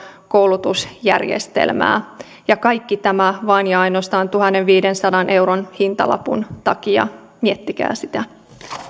huipputason koulutusjärjestelmää ja kaikki tämä vain ja ainoastaan tuhannenviidensadan euron hintalapun takia miettikää sitä